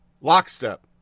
lockstep